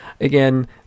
Again